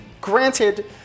Granted